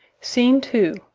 scene two.